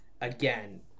again